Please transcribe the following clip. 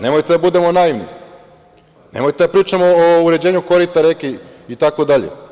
Nemojte da budemo naivni, nemojte da pričamo o uređenju korita reka, itd.